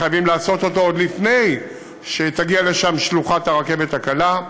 חייבים לעשות אותו עוד לפני שתגיע לשם שלוחת הרכבת הקלה.